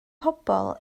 pobl